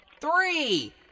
three